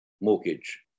mortgage